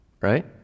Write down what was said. right